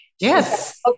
Yes